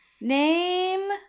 Name